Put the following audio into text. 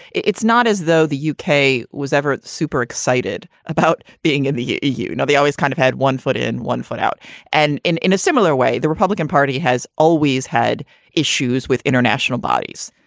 it's not as though the u k. was ever super excited about being in the eu. now, you know they always kind of had one foot in, one foot out and in in a similar way. the republican party has always had issues with international bodies,